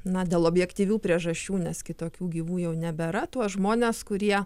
na dėl objektyvių priežasčių nes kitokių gyvų jau nebėra tuos žmones kurie